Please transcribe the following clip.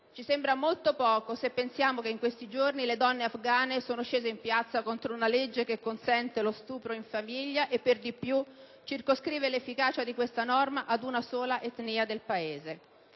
Ci sembra molto poco, se pensiamo che in questi giorni le donne afgane sono scese in piazza contro una legge che consente lo stupro in famiglia e per di più circoscrive l'efficacia di questa norma ad una sola etnia del Paese.